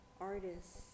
artists